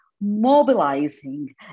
mobilizing